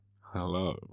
Hello